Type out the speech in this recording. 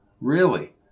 Really